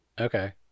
Okay